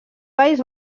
país